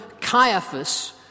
Caiaphas